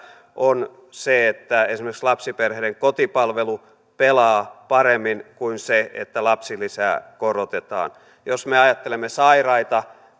on se että esimerkiksi lapsiperheiden kotipalvelu pelaa paremmin kuin se että lapsilisää korotetaan jos me ajattelemme sairaita